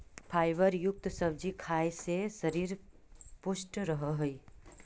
fibre युक्त सब्जी खाए से शरीर पुष्ट रहऽ हइ